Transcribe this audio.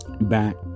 back